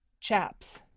Chaps